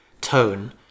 tone